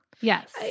Yes